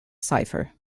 cipher